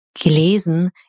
Gelesen